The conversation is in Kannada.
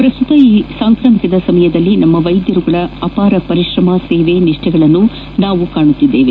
ಪ್ರಸ್ತುತ ಈ ಸಾಂಕ್ರಾಮಿಕದ ಸಮಯದಲ್ಲಿ ನಮ್ಮ ವೈದ್ಯರುಗಳ ಅಪಾರ ಪರಿಶ್ರಮ ಸೇವೆ ನಿಷ್ಠೆಗಳನ್ನು ನಾವು ಕಾಣುತ್ತಿದ್ದೇವೆ